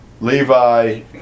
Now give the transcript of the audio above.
Levi